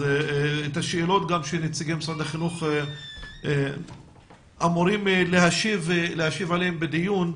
וגם את השאלות שנציגי משרד החינוך אמורים להשיב עליהן בדיון: